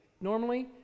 normally